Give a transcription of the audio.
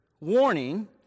warning